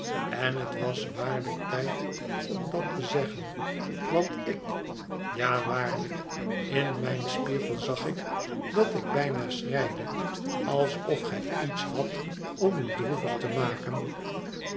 en het was waarlijk tijd om dat te zeggen want ik ja waarlijk in mijn spiegel zag ik dat ik bijna schreide alsof gij ietshadt om u droevig te maken